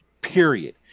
period